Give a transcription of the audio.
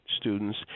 students